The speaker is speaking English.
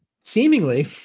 Seemingly